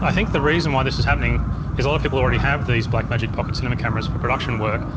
i think the reason why this is happening is a lot people already have these blackmagic pocket cinema cameras for production work.